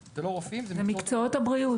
רופאים, זה לא רופאים, זה מקצועות הבריאות.